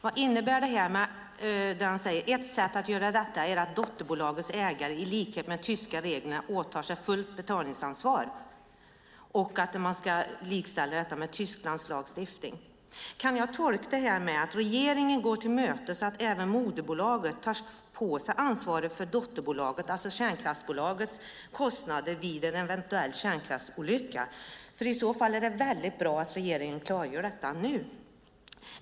Vad innebär "ett sätt att göra detta är att dotterbolagets ägare - i likhet med de tyska reglerna - åtar sig fullt betalningsansvar" och att man ska likställa detta med Tysklands lagstiftning? Kan jag tolka det som att regeringen går kravet till mötes att moderbolaget tar på sig ansvaret även för dotterbolagets, alltså kärnkraftsbolagets kostnader vid en eventuell kärnkraftsolycka? I så fall är det väldigt bra att regeringen klargör detta nu.